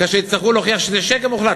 כאשר יצטרכו להוכיח שזה שקר מוחלט.